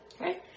Okay